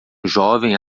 jovem